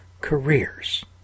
careers